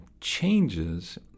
Changes